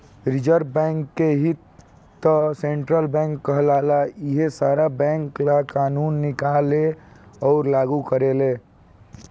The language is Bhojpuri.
रिज़र्व बैंक के ही त सेन्ट्रल बैंक कहाला इहे सारा बैंक ला कानून निकालेले अउर लागू करेले